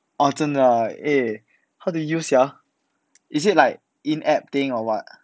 哦真的啊 eh how to use sia is it like in app thing or what